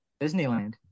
Disneyland